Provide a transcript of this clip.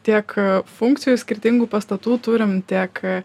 tiek funkcijų skirtingų pastatų turim tiek